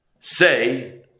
say